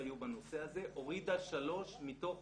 שהיו בנושא הזה הורידה שלוש מתוך